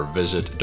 visit